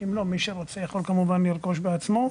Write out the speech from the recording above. אם לא, מי שרוצה יכול כמובן לרכוש בעצמו.